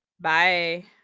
bye